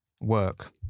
work